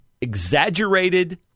exaggerated